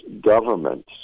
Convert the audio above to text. governments